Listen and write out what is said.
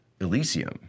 Elysium